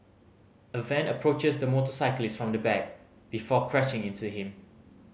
a van approaches the motorcyclist from the back before crashing into him